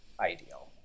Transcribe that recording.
ideal